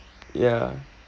ya